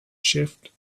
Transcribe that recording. shift